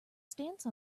stance